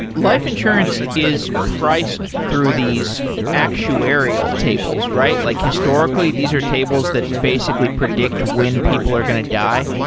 life insurance is priced through these actuarial tables, right? like historically, these are tables that basically predict when people are going to die?